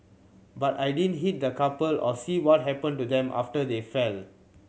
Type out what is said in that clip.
but I didn't hit the couple or see what happened to them after they fell